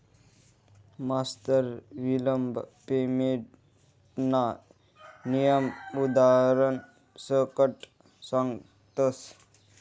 मास्तर विलंब पेमेंटना नियम उदारण सकट सांगतस